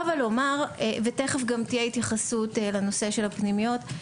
תכף גם תהיה התייחסות לנושא של הפנימיות,